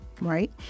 right